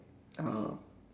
uh